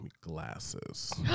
glasses